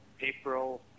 April